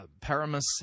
Paramus